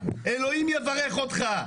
אלוהים יברך אותך.